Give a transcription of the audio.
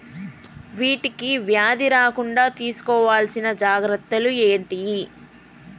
వీటికి వ్యాధి రాకుండా తీసుకోవాల్సిన జాగ్రత్తలు ఏంటియి?